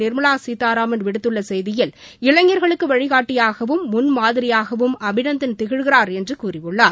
நிர்மலா சீதாராமன் விடுத்துள்ள செய்தியில் இளைஞா்களுக்கு வழிகாட்டியாகவும் முன்மாதிரியாகவும் அபிநந்தன் திகழ்கிறார் என்று கூறியுள்ளார்